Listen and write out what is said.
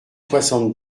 soixante